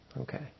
Okay